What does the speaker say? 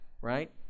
right